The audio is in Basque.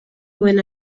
duen